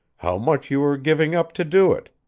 how much you were giving up to do it,